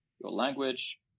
language